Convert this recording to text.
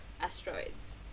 asteroids